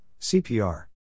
CPR